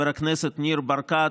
חבר הכנסת ניר ברקת,